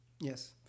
Yes